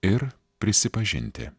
ir prisipažinti